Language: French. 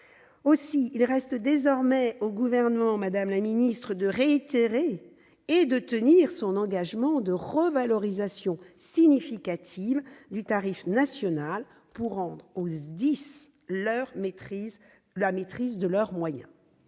ministre, il reste désormais au Gouvernement à réitérer et à tenir son engagement de revalorisation significative du tarif national, pour rendre aux SDIS la maîtrise de leurs moyens.